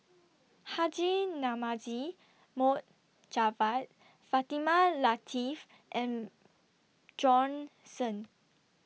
Haji Namazie Mohd Javad Fatimah Lateef and Jon Shen